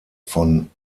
von